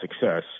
success